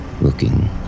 looking